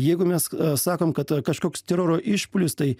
jeigu mes sakom kad kažkoks teroro išpuolis tai